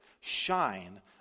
shine